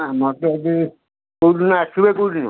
ଆମର ତ ଏଠି କୋଉଦିନ ଆସିବେ କୋଉଦିନ